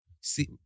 see